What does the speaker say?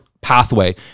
pathway